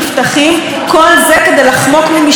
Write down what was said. כל זה כדי לחמוק ממשפט צדק.